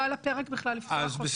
לא על הפרק בכלל לפתוח אותה.